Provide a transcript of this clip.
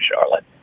Charlotte